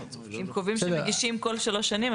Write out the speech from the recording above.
אם קובעים שמגישים כל שלוש שנים,